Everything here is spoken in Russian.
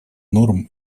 норм